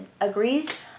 agrees